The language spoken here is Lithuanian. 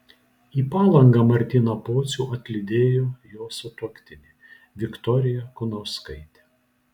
į palangą martyną pocių atlydėjo jo sutuoktinė viktorija kunauskaitė